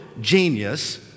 genius